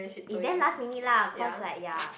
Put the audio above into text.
is damn last minute lah cause like ya